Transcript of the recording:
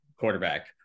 quarterback